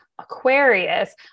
Aquarius